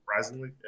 surprisingly